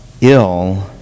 ill